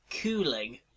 cooling